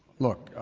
look,